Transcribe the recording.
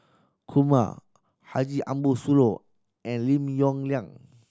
Kumar Haji Ambo Sooloh and Lim Yong Liang